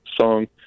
song